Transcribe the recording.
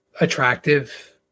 attractive